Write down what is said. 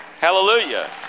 Hallelujah